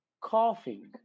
coughing